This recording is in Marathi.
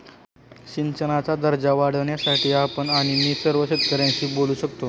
सिंचनाचा दर्जा वाढवण्यासाठी आपण आणि मी सर्व शेतकऱ्यांशी बोलू शकतो